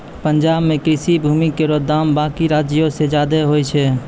पंजाब म कृषि भूमि केरो दाम बाकी राज्यो सें जादे होय छै